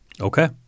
Okay